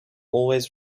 always